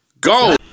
Go